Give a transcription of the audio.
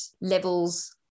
levels